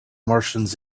martians